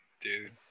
dude